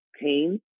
pain